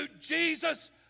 Jesus